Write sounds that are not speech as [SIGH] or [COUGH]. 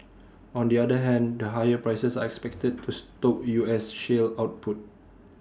[NOISE] on the other hand the higher prices are expected to stoke U S shale output